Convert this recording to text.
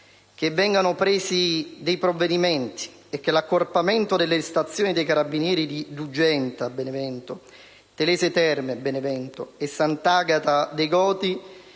che vengano presi dei provvedimenti e l'accorpamento delle stazioni dei Carabinieri di Dugenta (Benevento), Telese Terme (Benevento) e Sant'Agata dè Goti,